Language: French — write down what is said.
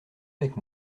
avec